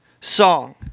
song